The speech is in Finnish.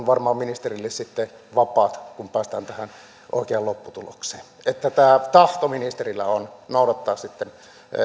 varmaan ministerille sitten vapaat kun päästään tähän oikeaan lopputulokseen ja tämä tahto ministerillä on noudattaa sitten